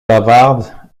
bavarde